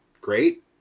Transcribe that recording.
great